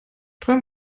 träum